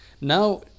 now